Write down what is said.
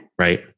right